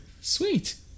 Sweet